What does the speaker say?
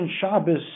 Shabbos